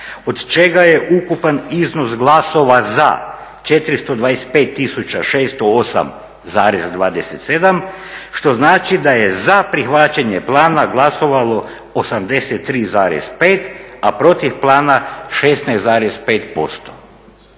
od čega je ukupan iznos glasova za 425 tisuća 608,27 što znači da je za prihvaćenje plana glasovalo 83,5, a protiv plana 16,5%".